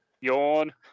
Yawn